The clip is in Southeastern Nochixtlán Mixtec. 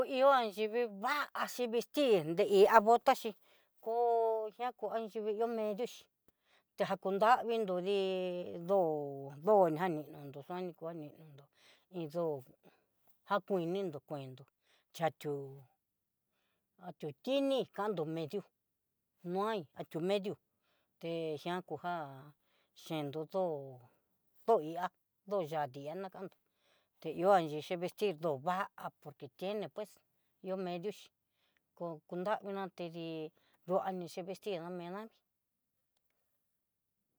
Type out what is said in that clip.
Ku ihó'a xhi vivaxhi vistir nreí, ta xhí koo ña ko anrivii ihó mejixhí, tejan ku nravinró dii ndo ndó, ñanindo sua ni kua nindono iin ndo jakuii nindo kuendo chatiú tini kandió medio, no ahí jat edió te jian kuja, chendo ndó, ndó ihá ndó yadii anakando, te ihá chexi vestir ndó vaá que tiene pues ihó medio xhí ko kunravina tedí duani chea vestir miná vi.